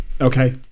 okay